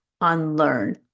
unlearn